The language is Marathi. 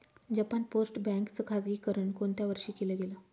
जपान पोस्ट बँक च खाजगीकरण कोणत्या वर्षी केलं गेलं?